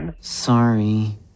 Sorry